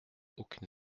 aucunes